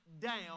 down